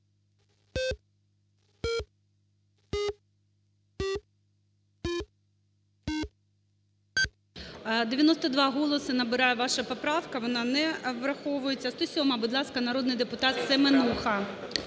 92 голоси набирає ваша поправка, вона не враховується. 107-а, будь ласка, народний депутат Семенуха.